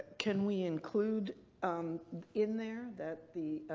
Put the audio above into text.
can we include um in there that the.